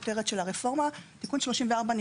שכותרתו: רפורמת הרישוי הדיפרנציאלי תיקון מס' 34.)